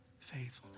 faithfulness